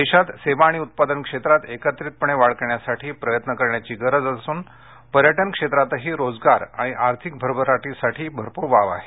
देशात सेवा आणि उत्पादन क्षेत्रात एकत्रितपणे वाढ करण्यासाठी प्रयत्न करण्याची गरज असून पर्यटनक्षेत्रातही रोजगार आणि आर्थिक भरभराटीसाठी भरपूर वाव आहे